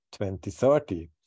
2030